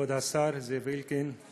כבוד השר זאב אלקין,